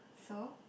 so